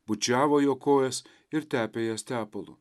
bučiavo jo kojas ir tepė jas tepalu